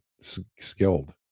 skilled